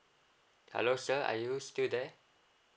hello sir are you still there